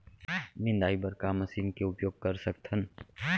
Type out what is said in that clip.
निंदाई बर का मशीन के उपयोग कर सकथन?